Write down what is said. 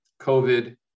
COVID